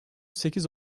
sekiz